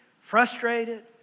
frustrated